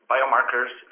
Biomarkers